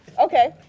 Okay